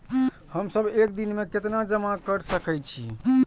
हम सब एक दिन में केतना जमा कर सके छी?